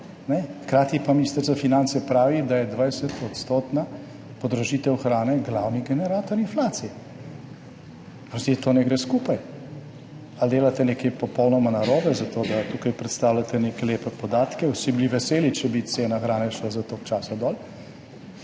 hkrati pa minister za finance pravi, da je 20-odstotna podražitev hrane glavni generator inflacije. Oprostite, to ne gre skupaj. Ali delate nekaj popolnoma narobe, zato da tukaj predstavljate neke lepe podatke, vsi bi bili veseli, če bi cena hrane šla za toliko časa dol,